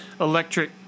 electric